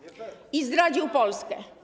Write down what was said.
I zdradził Polskę.